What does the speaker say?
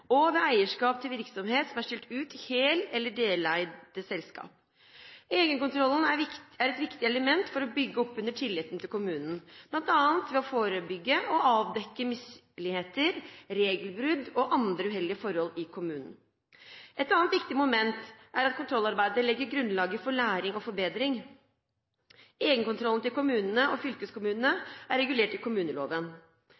og ved eierskap til virksomhet som er skilt ut i hel- eller deleide selskaper. Egenkontrollen er et viktig element for å bygge opp under tilliten til kommunen bl.a. ved å forebygge og avdekke misligheter, regelbrudd og andre uheldige forhold i kommunen. Et annet viktig moment er at kontrollarbeidet legger grunnlaget for læring og forbedring. Egenkontrollen til kommunene og fylkeskommunene